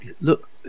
look